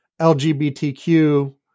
LGBTQ